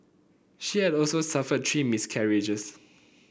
she had also suffered three miscarriages